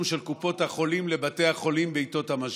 של קופות החולים לבתי החולים בעיתות המשבר.